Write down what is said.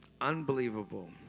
Unbelievable